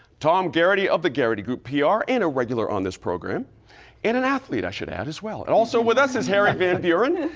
tom garrity of the garrity group pr and a regular on this program and an athlete, i should add as well. and with us is harry van buren,